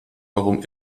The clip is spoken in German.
warum